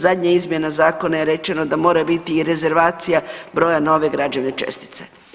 Zadnja izmjena zakona je rečeno da mora biti i rezervacija broja nove građevne čestice.